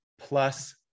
plus